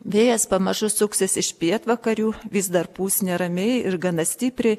vėjas pamažu suksis iš pietvakarių vis dar pūs neramiai ir gana stipriai